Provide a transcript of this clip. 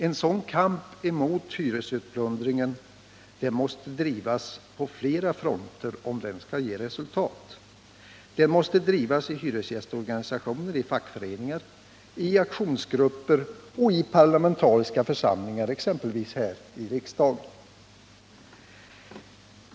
En sådan kamp mot hyresutplundringen måste drivas på flera fronter, om den skall ge resultat. Den måste drivas i hyresgästorganisationer, i fackföreningar, i aktionsgrupper och i parlamentariska församlingar, exempelvis här i riksdagen.